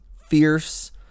fierce